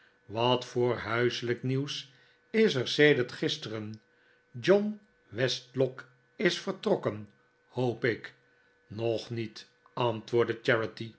wat voor huiselijk nieuws is er sedert gisteren john westlock is vertrokken hoop ik nog niet antwoordde